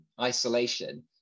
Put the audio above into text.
isolation